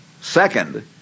second